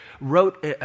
wrote